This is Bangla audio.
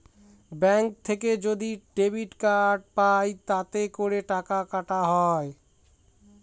ব্যাঙ্ক থেকে যদি ডেবিট কার্ড পাই তাতে করে টাকা কাটা হয়